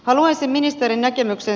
haluaisin ministerin näkemyksen